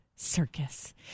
circus